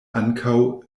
ankaŭ